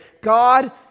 God